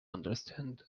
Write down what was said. understand